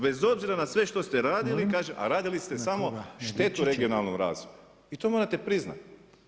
Bez obzira na sve što ste radili, a radili ste samo štetu regionalnom razvoju i to morate priznati.